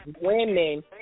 women